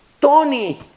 Tony